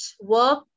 work